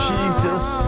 Jesus